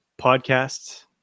podcasts